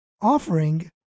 offering